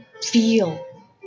feel